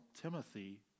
Timothy